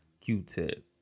Q-Tip